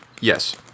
Yes